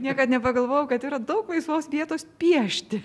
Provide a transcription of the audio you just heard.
niekad nepagalvojau kad yra daug laisvos vietos piešti